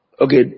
Okay